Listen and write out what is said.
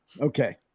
Okay